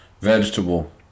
Vegetable